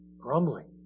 Grumbling